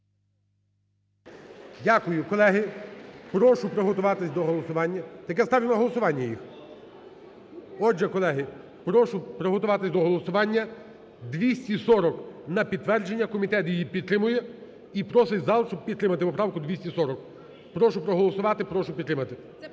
Дякую. Колеги, прошу приготуватись до голосування… Так я ставлю на голосування їх. Отже, колеги, прошу приготуватись до голосування, 240 на підтвердження, комітет її підтримує, і просить зал, щоб підтримати поправку 240. Прошу проголосувати, прошу підтримати.